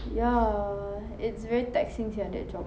ya it's very taxing sia that job